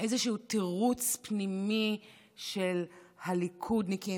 איזשהו תירוץ פנימי של הליכודניקים,